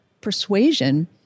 persuasion